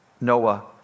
Noah